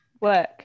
work